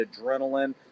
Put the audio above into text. adrenaline